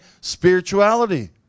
spirituality